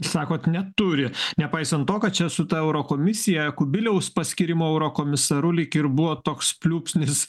sakot neturi nepaisant to kad čia su ta eurokomisija kubiliaus paskyrimo eurokomisaru lyg ir buvo toks pliūpsnis